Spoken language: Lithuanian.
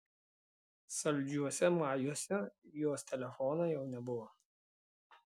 saldžiuose majuose jos telefono jau nebuvo